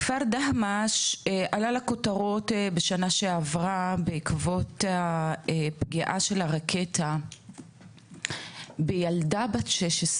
כפר דהמש עלה לכותרות בשנה שעברה בעקבות הפגיעה של הרקטה בנערה בת 16,